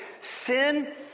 sin